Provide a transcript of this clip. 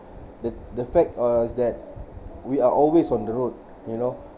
the the fact uh is that we are always on the road you know